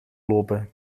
lopen